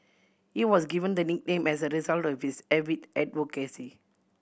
he was given the nickname as a result of his avid advocacy